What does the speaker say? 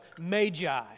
Magi